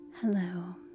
Hello